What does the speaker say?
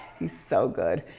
he's so good.